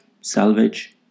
salvage